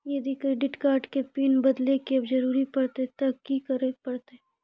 यदि credit card के PIN बदले के जरूरी परतै ते की करे परतै?